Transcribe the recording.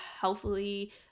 healthily